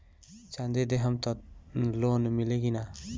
चाँदी देहम त लोन मिली की ना?